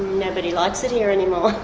nobody likes it here anymore.